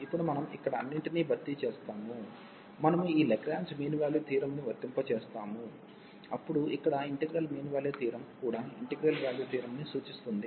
ఇప్పుడు మనం ఇక్కడ అన్నింటినీ భర్తీ చేస్తాము మనము ఈ లాగ్రేంజ్ మీన్ వాల్యూ థియోరమ్ ని వర్తింపజేసాము అప్పుడు ఇక్కడ ఇంటిగ్రల్ మీన్ వాల్యూ థియోరమ్ కూడా ఇంటిగ్రల్ వాల్యూ థియోరమ్ ని సూచిస్తుంది